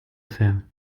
faire